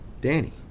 danny